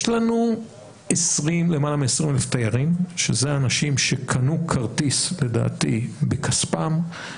יש לנו למעלה מ-20,000 תיירים שזה אנשים שקנו כרטיס לדעתי בכספם,